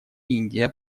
индия